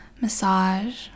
massage